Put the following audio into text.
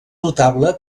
notable